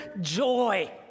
joy